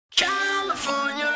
California